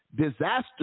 Disaster